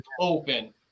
open